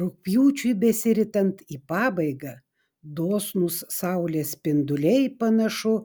rugpjūčiui besiritant į pabaigą dosnūs saulės spinduliai panašu